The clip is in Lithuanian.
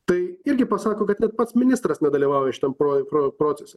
tai irgi pasako kad net pats ministras nedalyvauja šitam pro pro procese